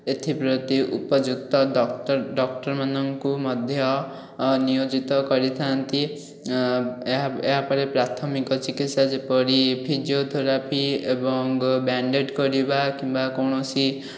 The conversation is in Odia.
ଏଥିପ୍ରତି ଉପଯୁକ୍ତ ଡକ୍ଟର ଡକ୍ଟରମାନଙ୍କୁ ମଧ୍ୟ ନିୟୋଜିତ କରିଥାନ୍ତି ଏହା ଏହାପରେ ପ୍ରାଥମିକ ଚିକିତ୍ସା ଯେପରି ଫିଜିଓଥେରାପି ଏବଂ ବ୍ୟାଣ୍ଡେଜ୍ କରିବା କିମ୍ବା କୌଣସି